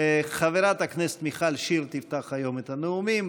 חברת הכנסת מיכל שיר סגמן תפתח היום את הנאומים.